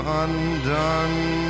undone